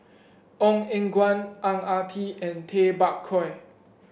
Ong Eng Guan Ang Ah Tee and Tay Bak Koi